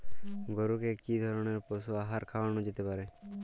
গরু কে কি ধরনের পশু আহার খাওয়ানো যেতে পারে?